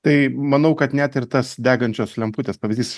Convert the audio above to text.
tai manau kad net ir tas degančios lemputės pavyzdys